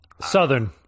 southern